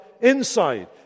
inside